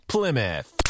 Plymouth